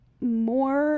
more